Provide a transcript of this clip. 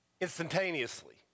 instantaneously